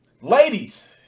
Ladies